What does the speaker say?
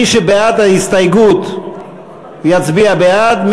מי שבעד ההסתייגות יצביע בעד,